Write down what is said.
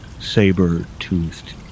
saber-toothed